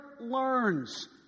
learns